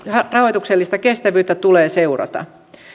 rahoituksellista kestävyyttä tulee seurata